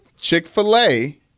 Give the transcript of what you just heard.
Chick-fil-A